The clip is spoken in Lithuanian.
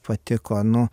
patiko nu